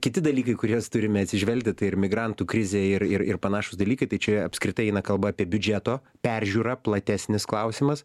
kiti dalykai į kuriuos turime atsižvelgti tai ir migrantų krizė ir ir ir panašūs dalykai tai čia apskritai eina kalba apie biudžeto peržiūrą platesnis klausimas